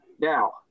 now